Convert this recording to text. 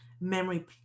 memory